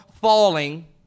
falling